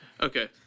Okay